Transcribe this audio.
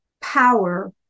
power